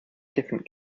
different